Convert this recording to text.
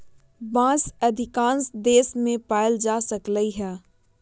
बांस अधिकांश देश मे पाएल जा सकलई ह